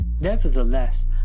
Nevertheless